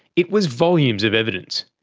it was volumes of evidence.